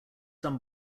some